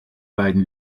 beiden